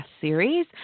series